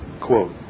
quote